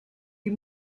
die